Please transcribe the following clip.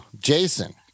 Jason